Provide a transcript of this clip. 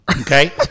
Okay